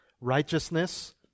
righteousness